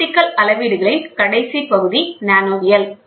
optical அளவீடுகளின் கடைசி பகுதி நானோவியல்